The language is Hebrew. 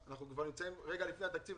אנחנו נמצאים רגע לפני התקציב,